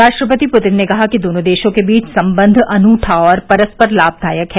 राष्ट्रपति पुतिन ने कहा कि दोनों देशों के बीच संबंध अनूठा और परस्पर लाभदायक है